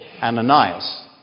Ananias